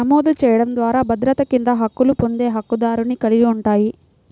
నమోదు చేయడం ద్వారా భద్రత కింద హక్కులు పొందే హక్కుదారుని కలిగి ఉంటాయి,